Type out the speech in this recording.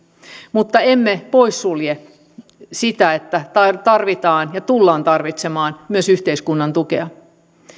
mutta emme poissulje sitä että tarvitaan ja tullaan tarvitsemaan myös yhteiskunnan tukea